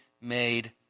made